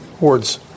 words